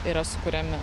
yra sukuriami